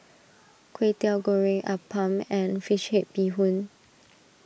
Kwetiau Goreng Appam and Fish Head Bee Hoon